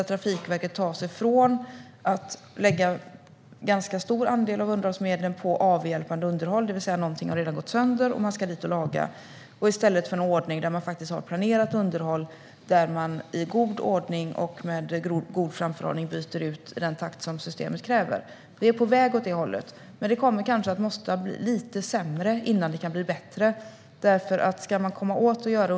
Trafikverket ska ta sig från att lägga en ganska stor andel av underhållsmedlen på avhjälpande underhåll, det vill säga när någonting redan har gått sönder och man ska dit och laga, och i stället få en ordning med planerat underhåll, där man i god ordning och med god framförhållning byter ut i den takt som systemet kräver. Vi är på väg åt det hållet, men det kommer att bli lite sämre innan det kan bli bättre.